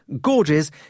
gorges